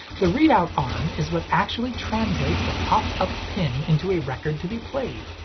the readout arm is what actually translates the popped up pin into a record to be played.